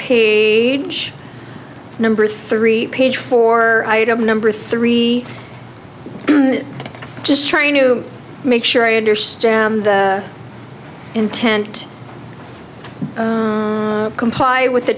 page number three page four item number three just trying to make sure i understand the intent to comply with the